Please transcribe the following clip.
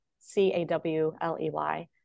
C-A-W-L-E-Y